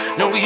no